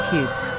Kids